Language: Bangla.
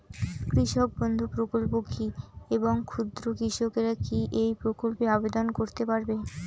কৃষক বন্ধু প্রকল্প কী এবং ক্ষুদ্র কৃষকেরা কী এই প্রকল্পে আবেদন করতে পারবে?